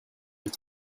with